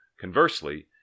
Conversely